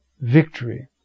victory